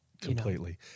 Completely